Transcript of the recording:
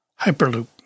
Hyperloop